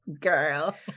Girl